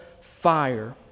fire